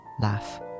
Laugh